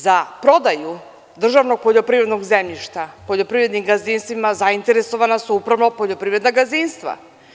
Za prodaju državnog poljoprivrednog zemljišta poljoprivrednim gazdinstvima zainteresovana su upravo poljoprivredna gazdinstva.